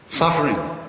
suffering